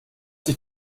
dich